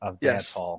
Yes